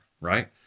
right